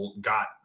got